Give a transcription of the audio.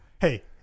Hey